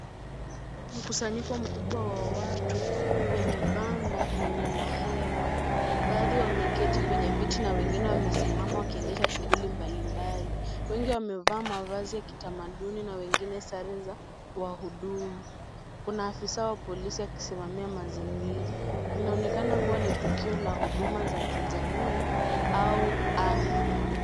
Mkusanyiko mkubwa wa watu, kwenye banda lenye mahema. Baadhi wameketi kwenye viti na wengine wamesimama wakiendesha shughuli mbalimbali. Wengi wamevaa mavazi ya kitamaduni na wengine sare za wahudumu. Kuna afisa wa polisi akisimamia mazingira. Inaonekana kuwa ni tukio la huduma za kijamii au afya.